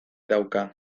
dauka